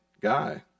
guy